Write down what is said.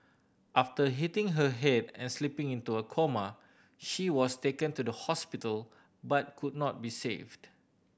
after hitting her head and slipping into a coma she was taken to the hospital but could not be saved